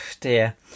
dear